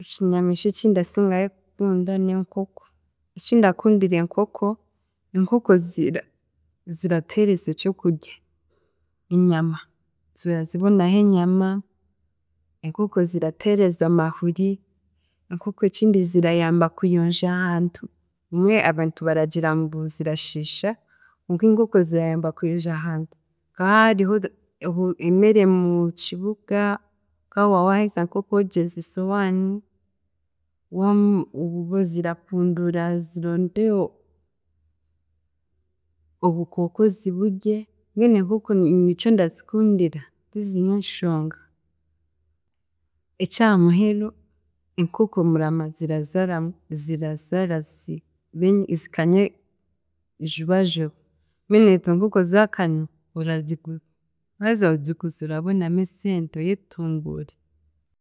Ekinyamiishwa eki ndasingayo kukunda n'enkoko. Ekindakundira enkoko, enkoko zira ziratuheereza ekyokurya; enyama, turazibonaho enyama, enkoko ziratuheereza amahuri, enkoko ekindi zirayamba kuyonja ahantu, bumwe abantu baragira ngu zirashiisha konka enkoko zirayaba kuyonja ahantu nka haahariho emere mu kibuga nk'ahi waawaruga nk'okwogyeza esowaani, waama zirakunduura zironde obukooko ziburye, mbwenu enkoko ni- nikyo ndazikundira, tiziine shonga eky'aha muheru, enkoko murama zirazaara mu- zirazaara zibe zikanye jubajuba, mbwenu itwe enkoko zaakanya, oraziguza waaheza kuziguza orabona esente oyetunguure.